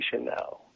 now